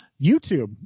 YouTube